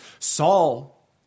Saul